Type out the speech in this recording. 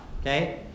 okay